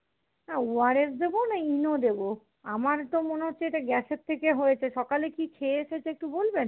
ORS দেব না Eno দেব আমার তো মনে হচ্ছে এটা গ্যাসের থেকে হয়েছে সকালে কি খেয়ে এসেছে একটু বলবেন